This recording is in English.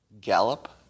gallop